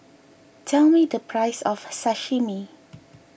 tell me the price of Sashimi